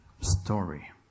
story